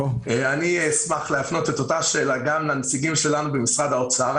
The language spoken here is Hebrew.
אני אשמח להפנות את אותה השאלה גם לנציגים שלנו במשרד האוצר.